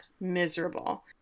miserable